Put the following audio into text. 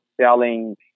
selling